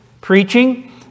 preaching